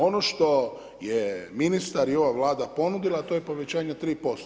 Ono što je ministar i ova vlada ponudila a to je povećanje od 3%